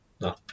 No